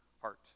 heart